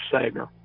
Sager